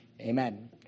Amen